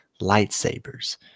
lightsabers